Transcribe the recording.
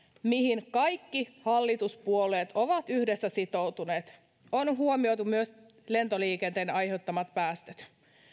mihin kaikki hallituspuolueet ovat yhdessä sitoutuneet on on huomioitu myös lentoliikenteen aiheuttamat päästöt